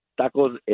Tacos